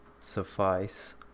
suffice